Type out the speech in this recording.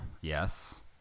yes